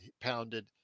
pounded